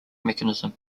mechanism